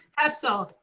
hessle.